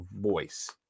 voice